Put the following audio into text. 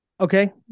Okay